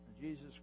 Jesus